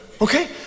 Okay